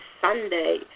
Sunday